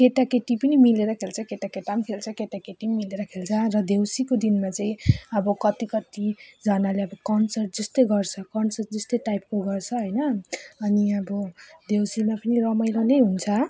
केटाकेटी पनि मिलेर खेल्छ केटाकेटा पनि खेल्छ केटाकेटी पनि मिलेर खेल्छ र देउसीको दिनमा चाहिँ अब कति कतिजनाले अब कन्सर्ट जस्तै गर्छ कन्सर्ट जस्तै टाइपको गर्छ होइन अनि अब देउसीमा पनि रमाइलो नै हुन्छ